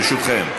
ברשותכם,